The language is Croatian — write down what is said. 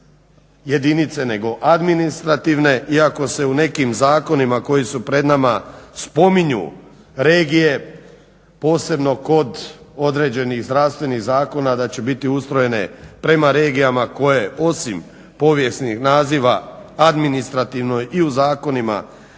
jedinice nego administrativne iako se u nekim zakonima koji su pred nama spominju regije, posebno kod određenih zdravstvenih zakona da će biti ustrojene prema regijama koje osim povijesnih naziva administrativno i u zakonima